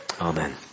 Amen